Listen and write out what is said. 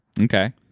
Okay